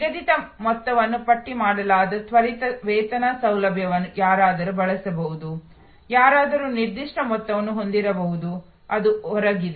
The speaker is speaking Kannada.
ನಿಗದಿತ ಮೊತ್ತವನ್ನು ಪಟ್ಟಿ ಮಾಡಲಾದ ತ್ವರಿತ ವೇತನ ಸೌಲಭ್ಯವನ್ನು ಯಾರಾದರೂ ಬಳಸಬಹುದು ಯಾರಾದರೂ ನಿರ್ದಿಷ್ಟ ಮೊತ್ತವನ್ನು ಹೊಂದಿರಬಹುದು ಅದು ಹೊರಗಿದೆ